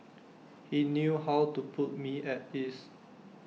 he knew how to put me at ease